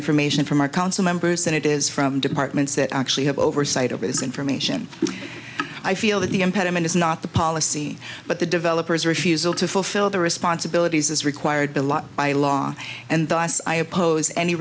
information from our council members than it is from departments that actually have oversight over this information i feel that the impediment is not the policy but the developer's refusal to fulfill their responsibilities as required to lot by law and thus i oppose any